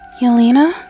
Yelena